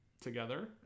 together